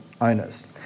owners